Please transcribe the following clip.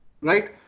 right